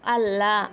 ಅಲ್ಲ